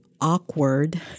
awkward